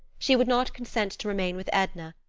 she would not consent to remain with edna,